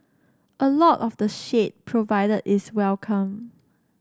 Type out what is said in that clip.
a lot of the shade provided is welcome